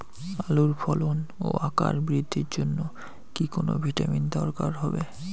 আলুর ফলন ও আকার বৃদ্ধির জন্য কি কোনো ভিটামিন দরকার হবে?